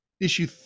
issue